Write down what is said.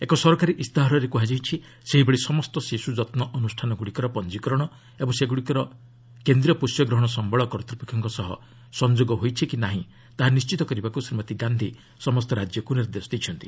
ଏକ ସରକାରୀ ଇସ୍ତାହାରରେ କୁହାଯାଇଛି ସେହିଭଳି ସମସ୍ତ ଶିଶୁ ଯତ୍ନ ଅନୁଷ୍ଠାନଗ୍ରଡ଼ିକର ପଞ୍ଜୀକରଣ ଓ ସେଗ୍ରଡ଼ିକ କେନ୍ଦ୍ରୀୟ ପୋଷ୍ୟ ଗ୍ରହଣ ସମ୍ଭଳ କର୍ତ୍ତୃପକ୍ଷଙ୍କ ସହ ସଂଯୋଗ ହୋଇଛି କି ନାହିଁ ତାହା ନିଶ୍ଚିତ କରିବାକୁ ଶ୍ରୀମତୀ ଗାନ୍ଧି ସମସ୍ତ ରାଜ୍ୟକୁ ନିର୍ଦ୍ଦେଶ ଦେଇଛନ୍ତି